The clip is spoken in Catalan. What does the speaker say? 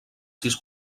sis